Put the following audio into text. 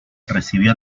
recibió